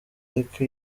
ariko